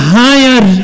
higher